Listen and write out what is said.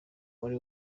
muri